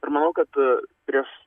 ir manau kad prieš